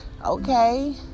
okay